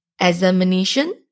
examination